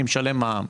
אני משלם מע"מ,